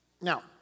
now